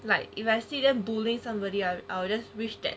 like if I see them bully somebody I will just wish that